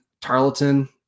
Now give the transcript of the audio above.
Tarleton